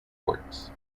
courts